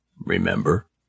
remember